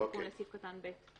תיקון לסעיף קטן (ב),